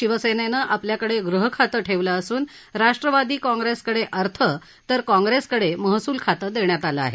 शिवसेनेनं आपल्याकडे गृहखातं ठेवलं असून राष्ट्रवादी काँग्रेसकडे अर्थ तर काँग्रेसकडे महसूल खातं देण्यात आलं आहे